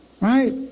right